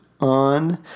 on